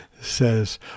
says